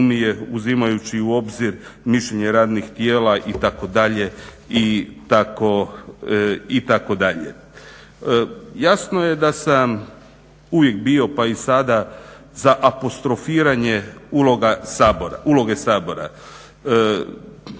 uvijek bio pa i sada za apostrofiranje uloge Sabora,